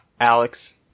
Alex